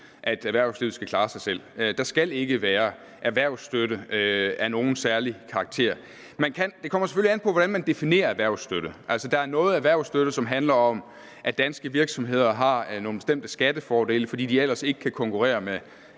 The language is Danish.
at erhvervslivet skal klare sig selv. Der skal ikke være erhvervsstøtte af nogen særlig karakter. Det kommer selvfølgelig an på, hvordan man definerer erhvervsstøtte. Altså, der er noget erhvervsstøtte, som handler om, at danske virksomheder har nogle bestemte skattefordele, fordi de ellers ikke kan konkurrere med